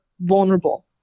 vulnerable